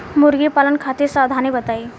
मुर्गी पालन खातिर सावधानी बताई?